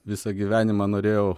visą gyvenimą norėjau